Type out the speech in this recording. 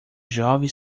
jovem